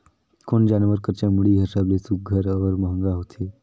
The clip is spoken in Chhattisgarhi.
कोन जानवर कर चमड़ी हर सबले सुघ्घर और महंगा होथे?